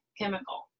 chemical